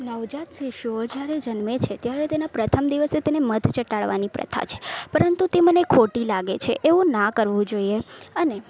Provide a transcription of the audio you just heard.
નવજાત શિશુઓ જ્યારે જન્મે છે ત્યારે તેના પ્રથમ દિવસએ તેને મધ ચટાડવાની પ્રથા છે પરંતુ તે મને ખોટી લાગે છે એવું ના કરવું જોઈએ અને